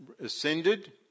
ascended